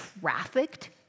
trafficked